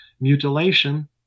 mutilation